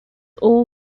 all